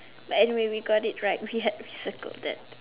but anyway we got it right we had we circled that